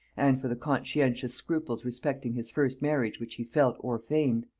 and for the conscientious scruples respecting his first marriage which he felt or feigned,